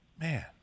man